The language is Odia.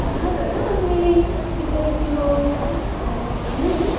ଯାହାଦ୍ୱାରା ଆମେ ଯେପରିକି ହଉ ଆମେ